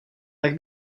tak